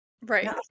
Right